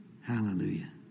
Hallelujah